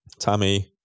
Tammy